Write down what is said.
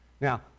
Now